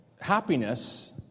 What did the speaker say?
happiness